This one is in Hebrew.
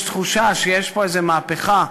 יש תחושה שיש פה איזו מהפכה.